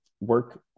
work